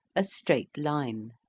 a straight line.